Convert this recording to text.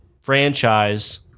franchise